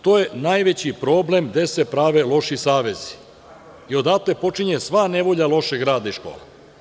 To je najveći problem gde se prave loši savezi i odatle počinje sva nevolja lošeg rada i škole.